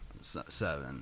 seven